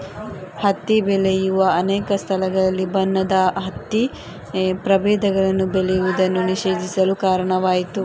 ಹತ್ತಿ ಬೆಳೆಯುವ ಅನೇಕ ಸ್ಥಳಗಳಲ್ಲಿ ಬಣ್ಣದ ಹತ್ತಿ ಪ್ರಭೇದಗಳನ್ನು ಬೆಳೆಯುವುದನ್ನು ನಿಷೇಧಿಸಲು ಕಾರಣವಾಯಿತು